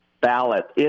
ballot